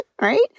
Right